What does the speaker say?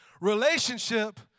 Relationship